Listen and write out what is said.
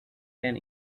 ten